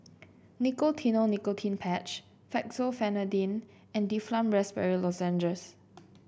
Nicotinell Nicotine Patch Fexofenadine and Difflam Raspberry Lozenges